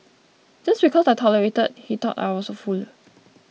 just because I tolerated he thought I was a fool